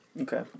Okay